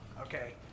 Okay